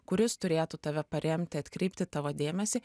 kuris turėtų tave paremti atkreipti tavo dėmesį